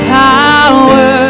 power